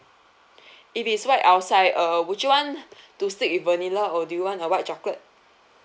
if it's white outside uh would you want to stick with vanilla or do you want a white chocolate